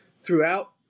throughout